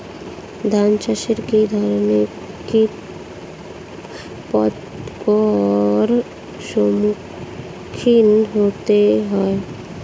ধান চাষে কী ধরনের কীট পতঙ্গের সম্মুখীন হতে হয়?